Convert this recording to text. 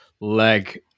leg